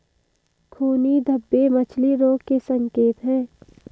खूनी धब्बे मछली रोग के संकेत हैं